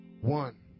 One